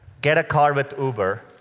get a car with uber,